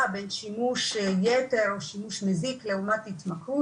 בין שימוש יתר או שימוש מזיק לבין התמכרות.